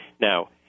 Now